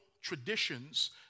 traditions